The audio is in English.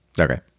Okay